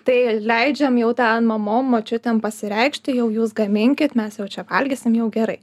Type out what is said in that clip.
tai leidžiam jau ten mamom močiutėm pasireikšti jau jūs gaminkit mes jau čia valgysim jau gerai